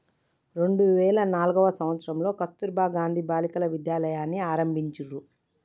రెండు వేల నాల్గవ సంవచ్చరంలో కస్తుర్బా గాంధీ బాలికా విద్యాలయని ఆరంభించిర్రు